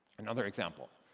another example.